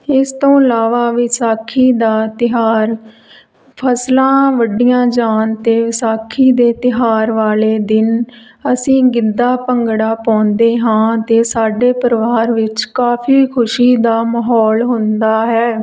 ਇਸ ਤੋਂ ਇਲਾਵਾ ਵਿਸਾਖੀ ਦਾ ਤਿਉਹਾਰ ਫ਼ਸਲਾਂ ਵੱਢੀਆਂ ਜਾਣ 'ਤੇ ਵਿਸਾਖੀ ਦੇ ਤਿਉਹਾਰ ਵਾਲੇ ਦਿਨ ਅਸੀਂ ਗਿੱਧਾ ਭੰਗੜਾ ਪਾਉਂਦੇ ਹਾਂ ਅਤੇ ਸਾਡੇ ਪਰਿਵਾਰ ਵਿੱਚ ਕਾਫੀ ਖੁਸ਼ੀ ਦਾ ਮਾਹੌਲ ਹੁੰਦਾ ਹੈ